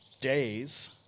days